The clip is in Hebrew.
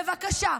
בבקשה.